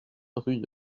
rue